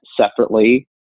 separately